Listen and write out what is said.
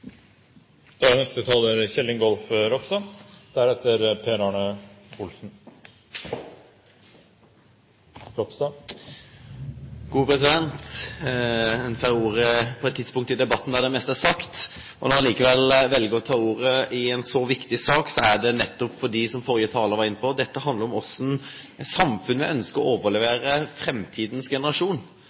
da det meste er sagt. Når jeg likevel velger å ta ordet i en så viktig sak, er det nettopp fordi – som forrige taler var inne på – dette handler om hvordan vi ønsker å overlevere samfunnet til framtidens generasjon.